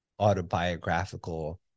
autobiographical